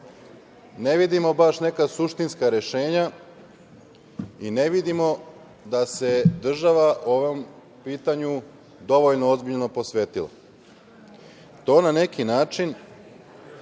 ne vidimo baš neka suštinska rešenja i ne vidimo da se država po ovom pitanju dovoljno ozbiljno posvetila. To na neki način